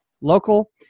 local